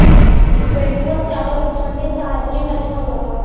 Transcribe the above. बैठुआ चावल ठंडी सह्याद्री में अच्छा होला का?